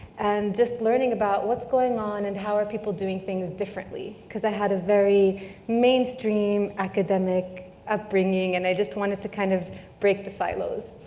and just learning about what's going on and how are people doing things differently, cause i had a very mainstream academic upbringing and i just wanted to kind of break the silos.